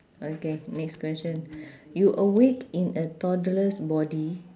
okay next question you awake in a toddler's body